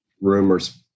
rumors